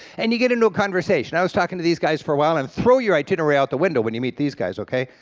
and you get into a conversation, i was talking to these guys for a while, and throw your itinerary out the window when you meet these guys, okay,